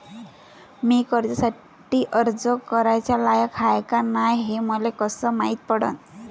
मी कर्जासाठी अर्ज कराचा लायक हाय का नाय हे मले कसं मायती पडन?